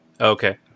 Okay